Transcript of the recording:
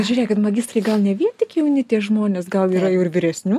žiūrėkit magistrai gal ne vien tik jauni tie žmonės gal yra ir vyresnių